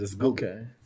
Okay